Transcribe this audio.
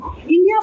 India